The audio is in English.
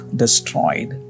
destroyed